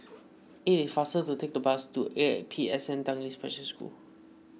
it is faster to take the bus to A P S N Tanglin Special School